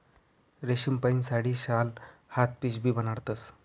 रेशीमपाहीन साडी, शाल, हात पिशीबी बनाडतस